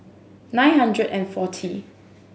nine hundred and forty